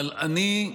אבל אני,